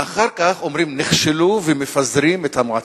ואחר כך אומרים: נכשלו, ומפזרים את המועצה.